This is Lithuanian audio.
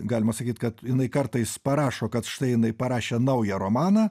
galima sakyt kad jinai kartais parašo kad štai jinai parašė naują romaną